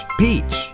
peach